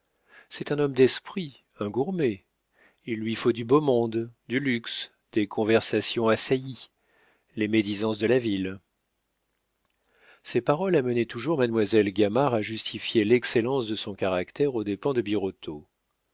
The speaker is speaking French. c'est un homme d'esprit un gourmet il lui faut du beau monde du luxe des conversations à saillies les médisances de la ville ces paroles amenaient toujours mademoiselle gamard à justifier l'excellence de son caractère aux dépens de birotteau